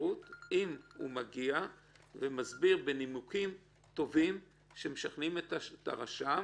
אפשרות אם הוא מגיע ומסביר בנימוקים טובים שמשכנעים את הרשם,